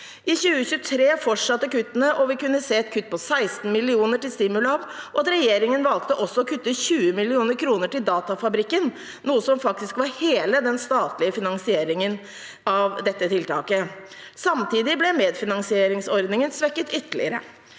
I 2023 fortsatte kuttene, og vi kunne se et kutt på 16 mill. kr til Stimulab og at regjeringen også valgte å kutte 20 mill. kr til Datafabrikken, noe som faktisk var hele den statlige finansieringen av dette tiltaket. Samtidig ble medfinansieringsordningen svekket ytterligere.